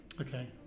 Okay